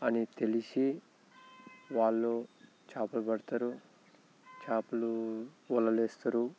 అని తెలిసి వాళ్ళు చేపలు పడతారు చేపలు వలలు వేస్తారు